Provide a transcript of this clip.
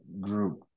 group